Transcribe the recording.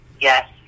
yes